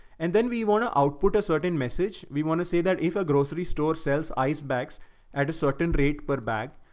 and then we want to output a certain message. we want to say that if a grocery store sells ice bags at a certain rate per bag,